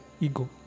ego